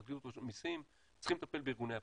הפרקליטות או רשות המסים צריכים לטפל בארגוני הפשיעה,